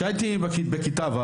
כשהייתי בכיתה ו',